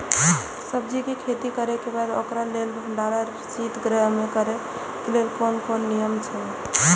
सब्जीके खेती करे के बाद ओकरा लेल भण्डार शित गृह में करे के लेल कोन कोन नियम अछि?